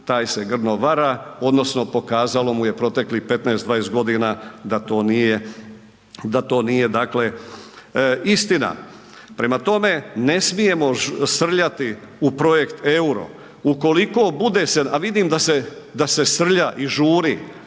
taj se grdno vara odnosno pokazalo mu je proteklih 15-20 godina da to nije, da to nije dakle istina. Prema tome, ne smijemo srljati u projekt EURO ukoliko bude se, a vidim da se srlja i žuri,